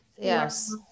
Yes